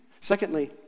secondly